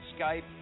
Skype